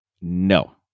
No